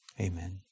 amen